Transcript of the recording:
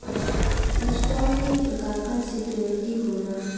stock एक प्रकार क सिक्योरिटी होला